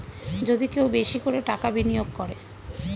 যদি কেউ বেশি করে টাকা বিনিয়োগ করে